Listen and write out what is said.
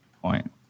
point